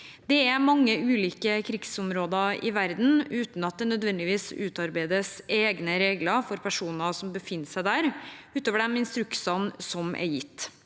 Det er mange ulike krigsområder i verden uten at det nødvendigvis utarbeides egne regler for personer som befinner seg der, utover de instruksene som er gitt.